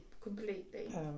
completely